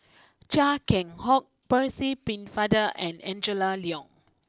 Chia Keng Hock Percy Pennefather and Angela Liong